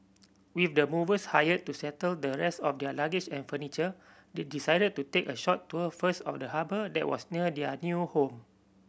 with the movers hired to settle the rest of their luggage and furniture they decided to take a short tour first of the harbour that was near their new home